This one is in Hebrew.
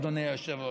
אדוני היושב-ראש.